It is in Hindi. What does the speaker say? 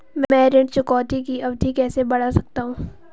मैं ऋण चुकौती की अवधि कैसे बढ़ा सकता हूं?